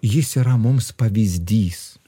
jis yra mums pavyzdys